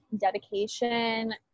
dedication